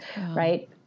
right